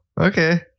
Okay